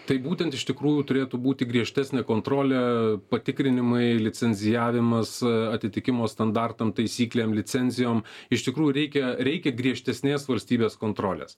tai būtent iš tikrųjų turėtų būti griežtesnė kontrolė patikrinimai licencijavimas atitikimo standartam taisyklėm licencijom iš tikrųjų reikia reikia griežtesnės valstybės kontrolės